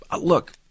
Look